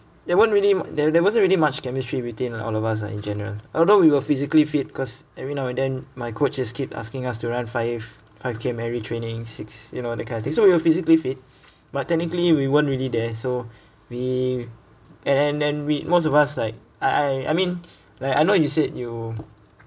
there weren't really there there wasn't really much chemistry between all of us ah in general although we were physically fit cause every now and then my coach just keep asking us to run five five K merit training six you know that kind of thing so we were physically fit but technically we weren't really there so we and then then we most of us like I I I mean like I know you said you